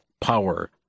power